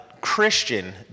Christian